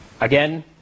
again